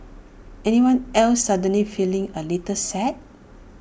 anyone else suddenly feeling A little sad